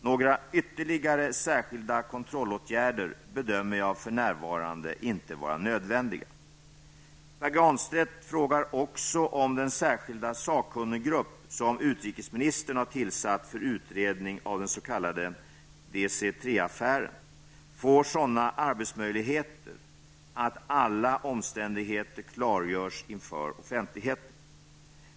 Några ytterligare särskilda kontrollåtgärder bedömer jag för närvarande inte vara nödvändiga. Pär Granstedt frågar också om den särskilda sakkunniggrupp som utrikesministern har tillsatt för utredning av den s.k. DC 3-affären får sådana arbetsmöjligheter att alla omständigheter klargörs inför offentligheten.